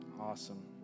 Awesome